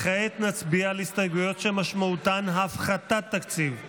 כעת נצביע על הסתייגויות שמשמעותן הפחתת תקציב.